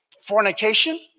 fornication